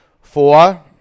four